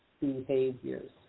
behaviors